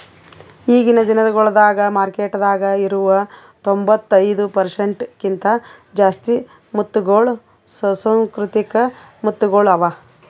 ಈಗಿನ್ ದಿನಗೊಳ್ದಾಗ್ ಮಾರ್ಕೆಟದಾಗ್ ಇರವು ತೊಂಬತ್ತೈದು ಪರ್ಸೆಂಟ್ ಕಿಂತ ಜಾಸ್ತಿ ಮುತ್ತಗೊಳ್ ಸುಸಂಸ್ಕೃತಿಕ ಮುತ್ತಗೊಳ್ ಅವಾ